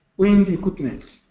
wind equipment.